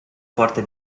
forte